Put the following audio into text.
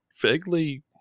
vaguely